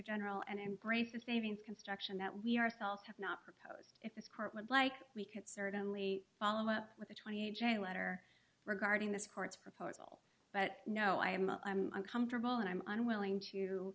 general and embrace the saving construction that we ourselves have not proposed if this current would like we could certainly follow up with the twenty j letter regarding this court's proposal but no i am uncomfortable and i'm unwilling to